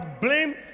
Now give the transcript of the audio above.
blame